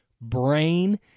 brain